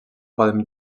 poden